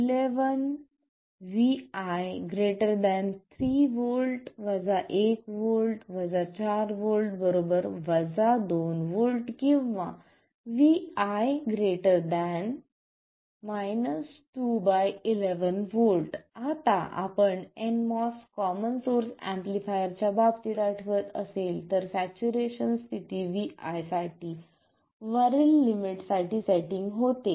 11vi 3 V 1 V 4 V 2 V किंवा vi 2 11 V आता आपण nMOS कॉमन सोर्स एम्पलीफायर च्याबाबतीत आठवत असेल तर सॅच्युरेशन स्थिती vi साठी वरील लिमिट साठी सेटिंग होते